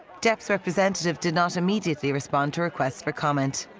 depp's representative did not immediately respond to requests for comment.